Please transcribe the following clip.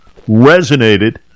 resonated